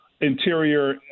interior